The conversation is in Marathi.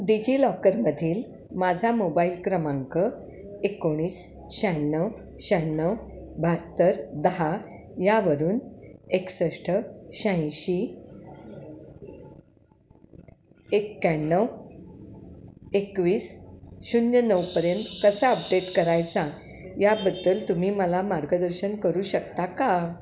डिजिलॉकरमधील माझा मोबाईल क्रमांक एकोणीस शहाण्णव शहाण्णव बाहत्तर दहा यावरून एकसष्ट शहाऐंशी एक्याण्णव एकवीस शून्य नऊपर्यंत कसा अपडेट करायचा याबद्दल तुम्ही मला मार्गदर्शन करू शकता का